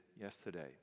yesterday